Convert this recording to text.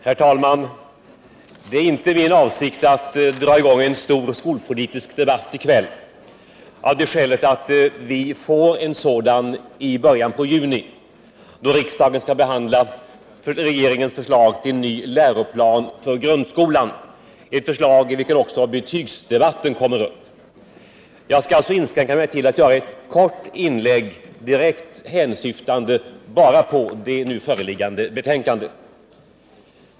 Herr talman! Det är inte min avsikt att dra i gång en stor skolpolitisk debatt i kväll. Vi får ju en sådan i början av juni, då riksdagen skall behandla regeringens förslag till ny läroplan för grundskolan, ett ärende i vilket också betygsdebatten kommer upp. Jag skall alltså inskränka mig till att göra ett kort inlägg direkt hänsyftande på det nu föreliggande betänkandet.